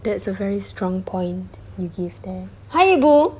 that's a very strong point you give there hi ibu